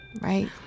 Right